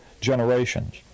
generations